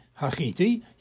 HaChiti